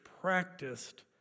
practiced